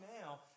now